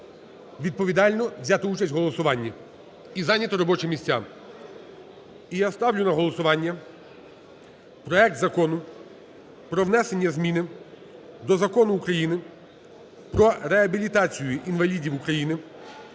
відповідально взяти участь у голосуванні і зайняти робочі місця. І я ставлю на голосування проект Закону про внесення зміни до Закону України "Про реабілітацію інвалідів України"